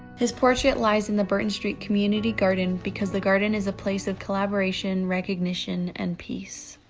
his portrait lies in the burton street community garden, because the garden is a place of collaboration, recognition, and peace.